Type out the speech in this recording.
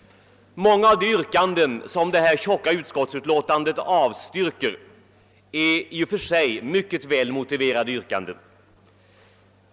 Många av de yrkanden som avstyrks i det tjocka utlåtandet är i och för sig mycket väl motiverade yrkanden.